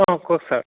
অঁ কওক ছাৰ